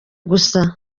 gusa